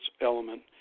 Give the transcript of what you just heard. element